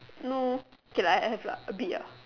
no okay lah I have lah a bit ah